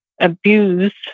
abuse